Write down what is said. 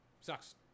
Sucks